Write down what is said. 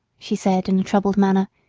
she said in a troubled manner,